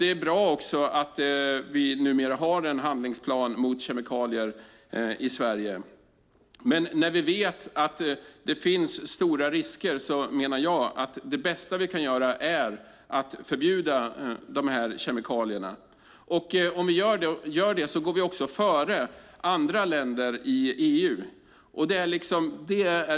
Det är bra att vi numera har en handlingsplan mot kemikalier i Sverige. Men när vi vet att det finns stora risker menar jag att det bästa vi kan göra är att förbjuda de här kemikalierna. Om vi gör det går vi före andra länder i EU.